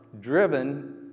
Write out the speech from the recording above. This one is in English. driven